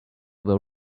were